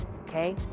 okay